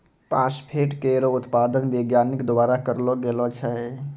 phosphate केरो उत्पादन वैज्ञानिक द्वारा करलो गेलो छै